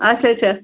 اچھا اچھا